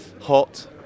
hot